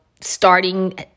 starting